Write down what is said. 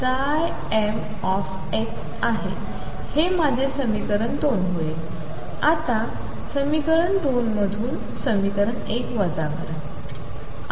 हे माझे समीकरण २ होईल आता समीकरण २ मधून समीकरण १ वजा करा